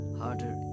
harder